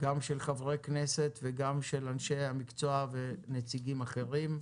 גם של חברי כנסת וגם של אנשי המקצוע ונציגים אחרים.